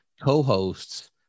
co-hosts